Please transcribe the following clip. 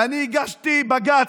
ואני הגשתי בג"ץ,